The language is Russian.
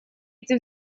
эти